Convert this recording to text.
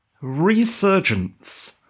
resurgence